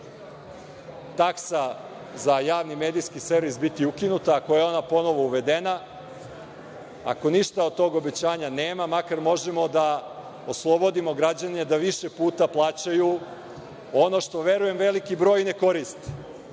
taksa za Javni medijski servis biti ukinuta, ako je ona ponovo uvedena, ako ništa od tog obećanja nema, makar možemo da oslobodimo građane da više puta plaćaju ono što, verujem, veliki broj i ne koristi,